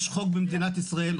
יש חוק במדינת ישראל,